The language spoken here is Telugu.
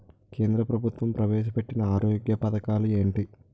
కేంద్ర ప్రభుత్వం ప్రవేశ పెట్టిన ఆరోగ్య పథకాలు ఎంటి?